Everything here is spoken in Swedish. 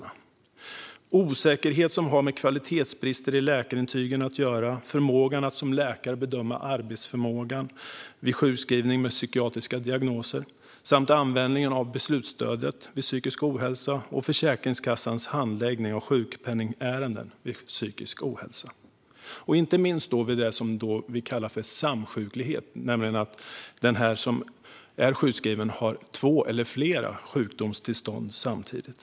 Det finns osäkerhet som har att göra med kvalitetsbrist i läkarintygen, förmågan att som läkare bedöma arbetsförmågan vid sjukskrivning med psykiatriska diagnoser, användningen av beslutsstödet vid psykisk ohälsa och Försäkringskassans handläggning av sjukpenningärenden vid psykisk ohälsa. Detta gäller inte minst vid det som kallas samsjuklighet, det vill säga den som är sjuk har två eller flera sjukdomstillstånd samtidigt.